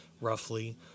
Roughly